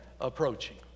approaching